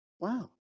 Wow